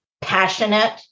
passionate